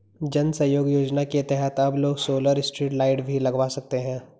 जन सहयोग योजना के तहत अब लोग सोलर स्ट्रीट लाइट भी लगवा सकते हैं